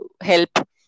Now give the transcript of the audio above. help